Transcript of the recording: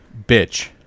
bitch